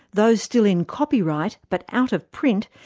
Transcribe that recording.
those still in copyright, but out of print,